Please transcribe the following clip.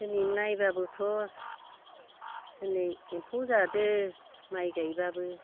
दिनै नायबाबोथ' दिनै एम्फौ जादों माइ गायबाबो